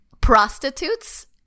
prostitutes